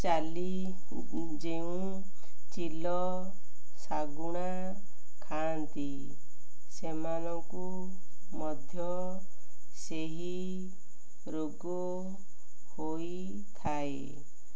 ଚାଲି ଯେଉଁ ଚିଲ ଶାଗୁଣା ଖାଆନ୍ତି ସେମାନଙ୍କୁ ମଧ୍ୟ ସେହି ରୋଗ ହୋଇଥାଏ